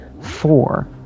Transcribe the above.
four